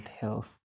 health